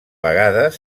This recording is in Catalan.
vegades